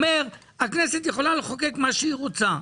שהכנסת יכולה לחוקק מה שהיא רוצה,